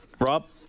Rob